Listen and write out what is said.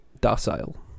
docile